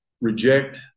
reject